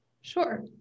Sure